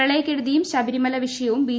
പ്രളയക്കെടുതിയും ശബരിമല വിഷയവും ബി